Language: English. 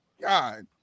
God